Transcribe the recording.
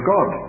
God